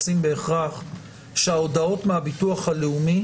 רוצים בהכרח שההודעות מהביטוח הלאומי